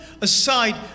aside